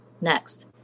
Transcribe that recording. Next